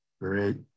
Great